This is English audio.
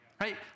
Right